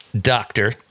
doctor